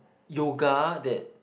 yoga that